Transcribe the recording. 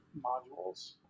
modules